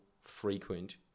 frequent